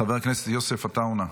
חבר הכנסת יוסף עטאונה,